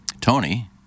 Tony